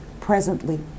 presently